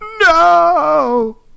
No